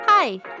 Hi